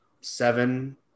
seven